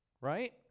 right